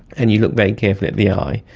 and you look very carefully at the eye,